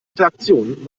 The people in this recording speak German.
interaktion